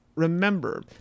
remember